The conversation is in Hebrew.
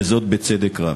וזאת בצדק רב.